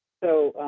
so,